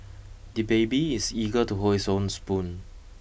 the baby is eager to hold his own spoon